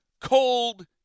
cold